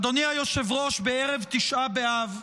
אדוני היושב-ראש, בערב תשעה באב,